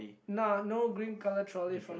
nah no green colour trolley for me